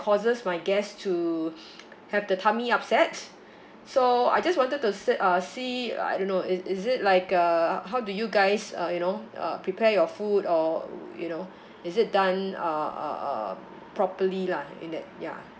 causes my guests to have the tummy upset so I just wanted to se~ uh see uh I don't know it is it like uh how do you guys uh you know uh prepare your food or you know is it done uh uh uh properly lah in that ya